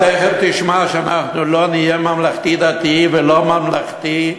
אז תכף תשמע שאנחנו לא נהיה ממלכתי-דתי ולא ממלכתי.